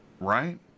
right